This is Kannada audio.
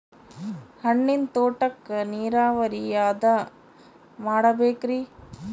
ಹಣ್ಣಿನ್ ತೋಟಕ್ಕ ನೀರಾವರಿ ಯಾದ ಮಾಡಬೇಕ್ರಿ?